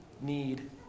need